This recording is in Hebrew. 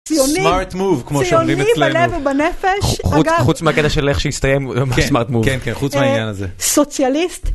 ציוני! ,SMART MOVE כמו שעונים אצלינו ,ציוני בלב ובנפש, חחח אגב חו חוץ חוץ מהקטע של איך שהסתיים גם כן ה SMART MOVE , כן חוץ מהענין הזה, סוציאליסט.